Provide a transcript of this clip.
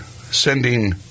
sending